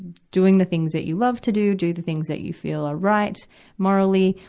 doing the things that you love to do, do the things that you feel are right morally.